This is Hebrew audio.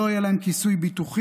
לא יהיה להם כיסוי ביטוחי.